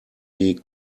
die